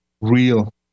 real